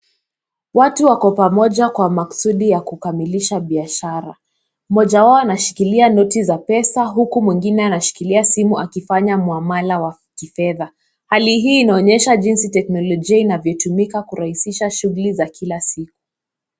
Watu wako pamoja kwa maksudi ya kukamilisha biashara. Mmoja wao anashikilia noti za pesa huku mmoja wao anashikilia simu, akifanya muamala wa kifedha. Hali hii inaonyesha jinsi teknolojia inatumika kurahisisha shughuli za kila siku.